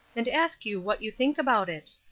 and ask you what you think about it.